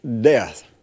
death